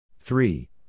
Three